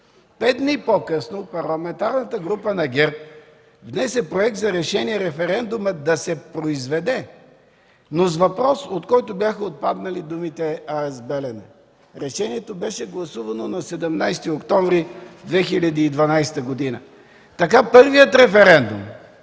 Пет дни по-късно Парламентарната група на ГЕРБ внесе Проект за решение референдумът да се произведе, но с въпрос, от който бяха отпаднали думите „АЕЦ „Белене”. Решението беше гласувано на 17 октомври 2012 г. Така първият референдум